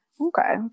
okay